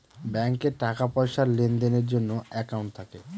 ব্যাঙ্কে টাকা পয়সার লেনদেনের জন্য একাউন্ট থাকে